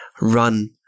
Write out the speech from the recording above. run